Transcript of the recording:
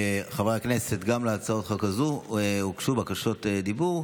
חברי הכנסת, גם להצעה הזו הוגשו בקשות דיבור,